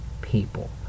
people